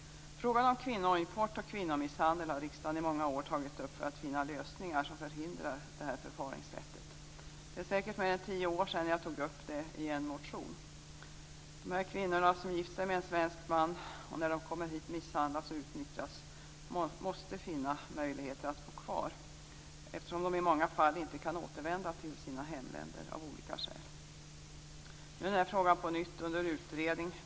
Frågan om kvinnoimport och kvinnomisshandel har riksdagen i många år tagit upp för att finna lösningar som förhindrar detta förfaringssätt. Det är säkert mer än tio år sedan jag tog upp det i en motion. De kvinnor som gift sig med en svensk man och som när de kommer hit misshandlas och utnyttjas måste finna möjligheter att bo kvar eftersom de i många fall inte återvända till sina hemländer av olika skäl. Nu är denna fråga på nytt under utredning.